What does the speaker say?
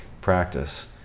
practice